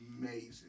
amazing